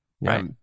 Right